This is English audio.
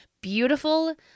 beautiful